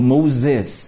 Moses